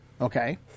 okay